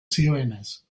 zioenez